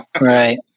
Right